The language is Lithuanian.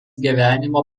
gyvenimo